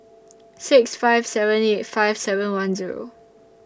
six five seven eight five seven one Zero